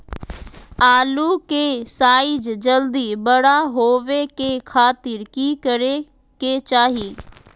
आलू के साइज जल्दी बड़ा होबे के खातिर की करे के चाही?